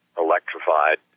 electrified